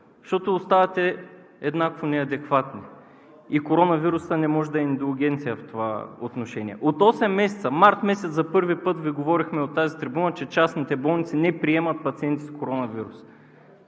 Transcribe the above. защото оставате еднакво неадекватни. И коронавирусът не може да е индулгенция в това отношение. От осем месеца – през месец март за първи път Ви говорихме от тази трибуна, че частните болници не приемат пациенти с коронавирус.